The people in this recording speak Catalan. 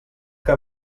que